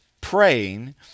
praying